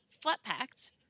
flat-packed